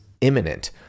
imminent